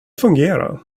fungera